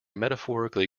metaphorically